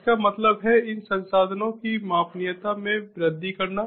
इसका मतलब है इन संसाधनों की मापनीयता में वृद्धि करना